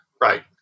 right